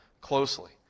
closely